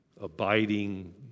abiding